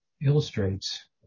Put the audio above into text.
illustrates